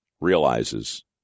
realizes